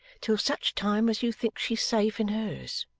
till such time as you think she's safe in hers